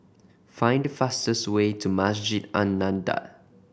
find the fastest way to Masjid An Nahdhah